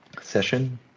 session